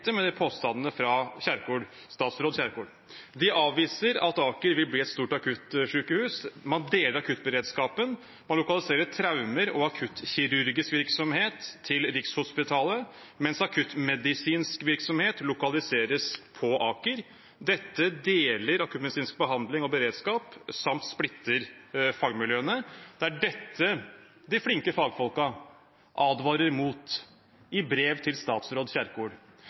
påstandene fra statsråd Kjerkol. De avviser at Aker vil bli et stort akuttsykehus. Man deler akuttberedskapen. Man lokaliserer traume- og akuttkirurgisk virksomhet til Rikshospitalet, mens akuttmedisinsk virksomhet lokaliseres på Aker. Dette deler akuttmedisinsk behandling og beredskap samt splitter fagmiljøene. Det er dette de flinke fagfolkene advarer mot i brev til statsråd Kjerkol.